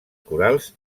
corals